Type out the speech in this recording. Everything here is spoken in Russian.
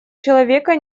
человека